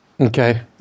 Okay